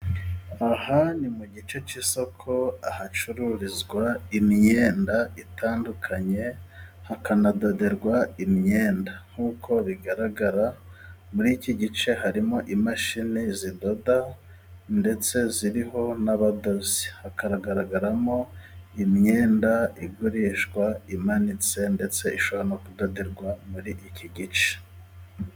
Aha ni mu gice cy'isoko ahacururizwa imyenda itandukanye hakanadoderwa imyenda . Nk'uko bigaragara muri iki gice ,harimo imashini zidoda ndetse ziriho n'abadozi . Hakagaragaramo imyenda igurishwa, imanitswe ndetse ishobora no kudoderwa muri iki gice.